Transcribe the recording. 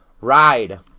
ride